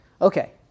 Okay